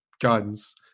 guns